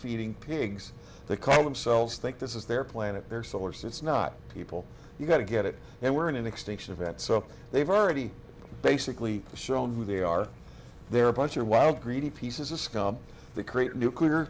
feeding pigs they call themselves think this is their planet their source it's not people you've got to get it and we're in an extinction event so they've already basically shown who they are they're a bunch of wild greedy pieces of scum they create nuclear